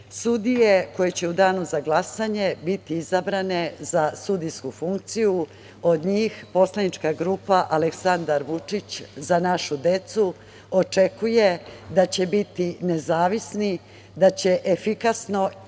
sudija koje će u danu za glasanje biti izabrane za sudijsku funkciju poslanička grupa Aleksandar Vučić – Za našu decu očekuje da će biti nezavisni, da će efikasno,